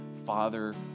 father